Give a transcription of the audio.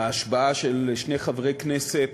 ההשבעה של שני חברי כנסת,